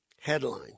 Headline